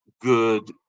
good